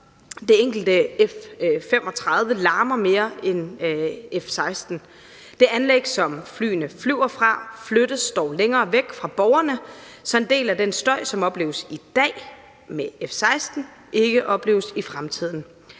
Det enkelte F 35 larmer mere end F 16. Det anlæg, som flyene flyver fra, flyttes dog længere væk fra borgerne, så en del af den støj, som opleves med F 16 i dag, ikke opleves i fremtiden,